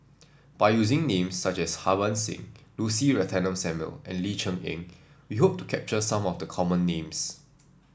by using names such as Harbans Singh Lucy Ratnammah Samuel and Ling Cher Eng we hope to capture some of the common names